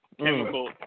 Chemical